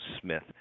Smith